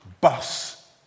bus